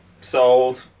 Sold